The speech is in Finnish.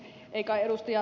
ei kai ed